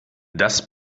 das